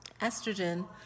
estrogen